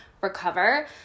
recover